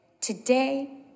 today